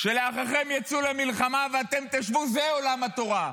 "האחיכם יבאו למלחמה ואתם תשבו פה" זה עולם התורה.